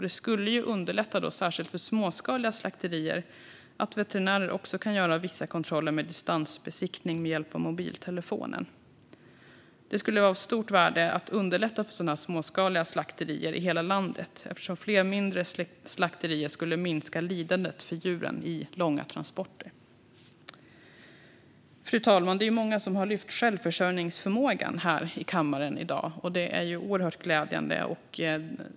Det skulle underlätta särskilt för småskaliga slakterier om veterinärer också kan göra vissa kontroller med distansbesiktning med hjälp av mobiltelefon. Det skulle vara av stort värde att underlätta för de småskaliga slakterierna i hela landet, eftersom fler mindre slakterier skulle minska lidandet för djuren i långa transporter. Fru talman! Det är många som har lyft upp självförsörjningsförmågan här i kammaren i dag, och det är oerhört glädjande.